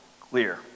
clear